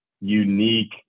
unique